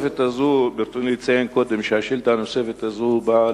ברצוני לציין קודם שהשאילתא הנוספת הזאת באה